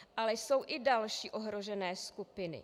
Ale jsou i další ohrožené skupiny.